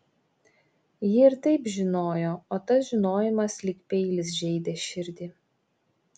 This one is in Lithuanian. ji ir taip žinojo o tas žinojimas lyg peilis žeidė širdį